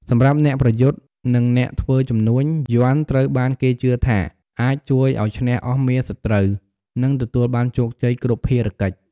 សម្រាប់អ្នកប្រយុទ្ធ និងអ្នកធ្វើជំនួញ យ័ន្តត្រូវបានគេជឿថាអាច ជួយឱ្យឈ្នះអស់មារសត្រូវ និងទទួលបានជោគជ័យគ្រប់ភារកិច្ច។